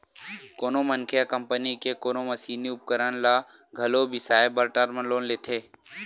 कोनो मनखे ह कंपनी के कोनो मसीनी उपकरन ल घलो बिसाए बर टर्म लोन लेथे